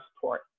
support